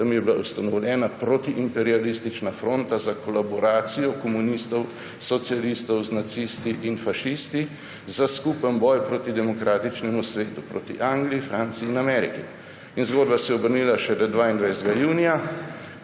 Tam je bila ustanovljena protiimperialistična fronta za kolaboracijo komunistov, socialistov z nacisti in fašisti, za skupen boj proti demokratičnemu svetu, proti Angliji, Franciji in Ameriki. Zgodba se je obrnila šele 22. junija,